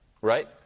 Right